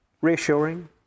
reassuring